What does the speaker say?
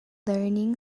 learning